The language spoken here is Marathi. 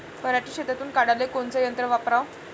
पराटी शेतातुन काढाले कोनचं यंत्र वापराव?